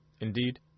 Indeed